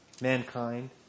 mankind